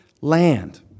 land